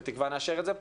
ובתקווה נאשר את זה פה,